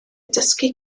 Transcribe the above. dysgu